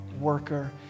worker